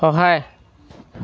সহায়